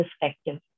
perspective